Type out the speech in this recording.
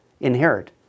inherit